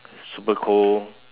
super cold